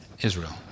Israel